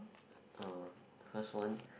uh first one